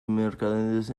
mercaderes